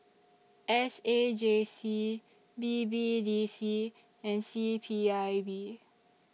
S A J C B B D C and C P I B